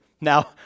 Now